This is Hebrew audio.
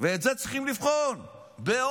ואת זה צריכים לבחון בעומק.